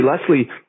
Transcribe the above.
Leslie